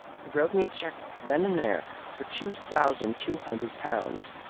he wrote me a cheque then and there for two thousand two hundred pounds.